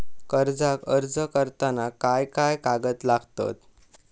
कर्जाक अर्ज करताना काय काय कागद लागतत?